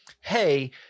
Hey